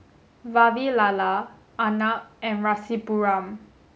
Vavilala Arnab and Rasipuram